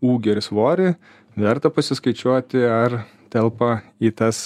ūgį ir svorį verta pasiskaičiuoti ar telpa į tas